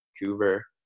Vancouver